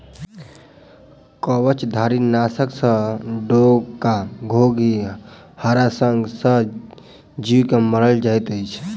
कवचधारीनाशक सॅ डोका, घोंघी, हराशंख सन जीव के मारल जाइत अछि